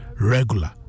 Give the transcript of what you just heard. regular